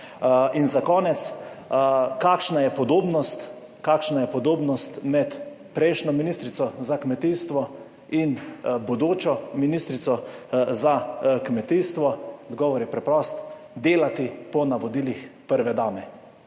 je podobnost, kakšna je podobnost med prejšnjo ministrico za kmetijstvo in bodočo ministrico za kmetijstvo? Odgovor je preprost. Delati po navodilih prve dame.